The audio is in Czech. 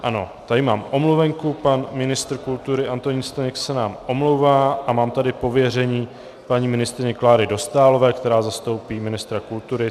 Ano, tady mám omluvenku, pan ministr kultury Antonín Staněk se omlouvá a mám tady pověření paní ministryně Kláry Dostálové, která zastoupí ministra kultury.